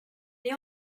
they